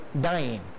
dying